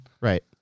right